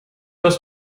das